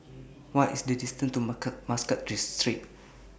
What IS The distance to Mark Muscat Street